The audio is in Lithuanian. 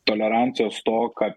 tolerancijos stoką